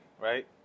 right